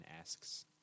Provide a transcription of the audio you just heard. asks